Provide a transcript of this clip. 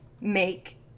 make